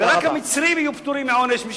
ורק המצרים יהיו פטורים מעונש.